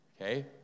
okay